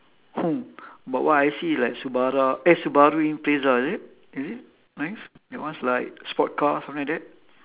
hmm but what I see is like eh subaru impreza is it is it nice that one is like sports car something like that